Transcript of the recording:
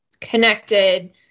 connected